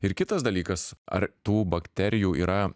ir kitas dalykas ar tų bakterijų yra